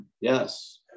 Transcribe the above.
yes